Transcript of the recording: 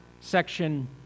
section